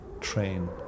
train